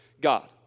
God